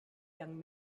young